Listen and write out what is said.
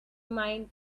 mind